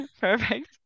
Perfect